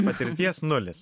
patirties nulis